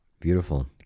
beautiful